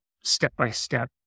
step-by-step